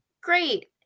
great